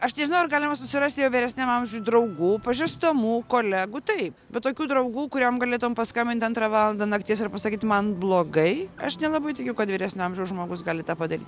aš nežinau ar galima susirasti jo vyresniam amžiuj draugų pažįstamų kolegų taip bet tokių draugų kuriam galėtum paskambint antrą valandą nakties ir pasakyt man blogai aš nelabai tikiu kad vyresnio amžiaus žmogus gali tą padaryt